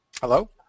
Hello